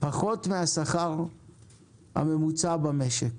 פחות מהשכר הממוצע במשק.